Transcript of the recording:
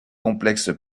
complexe